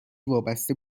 وابسته